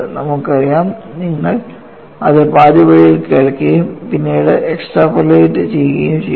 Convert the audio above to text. നിങ്ങൾക്കറിയാം നിങ്ങൾ അത് പാതിവഴിയിൽ കേൾക്കുകയും പിന്നീട് എക്സ്ട്രാപോളേറ്റ് ചെയ്യുകയും ചെയ്യുന്നു